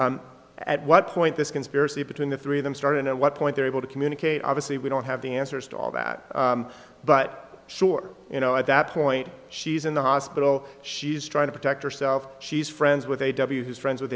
hospital at what point this conspiracy between the three of them started at what point they're able to communicate obviously we don't have the answers to all that but sure you know at that point she's in the hospital she's trying to protect herself she's friends with a w his friends with